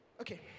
Okay